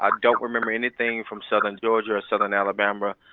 um don't remember anything from southern georgia or southern alabama.